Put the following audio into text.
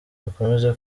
dukomeze